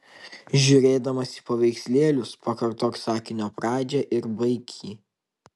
žiūrėdamas į paveikslėlius pakartok sakinio pradžią ir baik jį